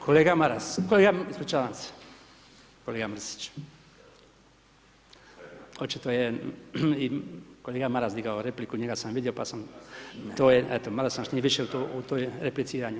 Kolega Maras, ispričavam se kolega Mrsić, očito je i kolega Maras digao repliku, njega sam vidio pa sam, to je, eto, mada sam s njim više u tom repliciranju.